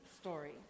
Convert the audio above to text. story